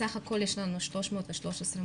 סך הכול יש לנו 313 מושמים,